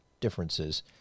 differences